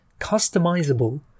customizable